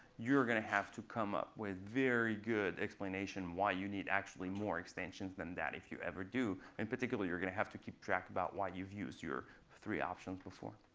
you're going to have to come up with a very good explanation why you need actually more extensions than that, if you ever do. and particularly, you're going to have to keep track about why you've used your three options before.